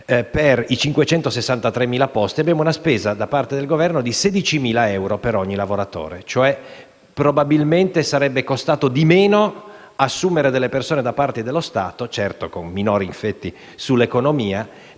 per i 563.000 nuovi posti, abbiamo una spesa da parte del Governo di 16.000 euro per ogni lavoratore. Probabilmente sarebbe costato di meno assumere delle persone da parte dello Stato, anche se con minori effetti sull'economia,